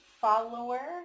follower